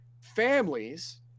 families